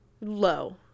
Low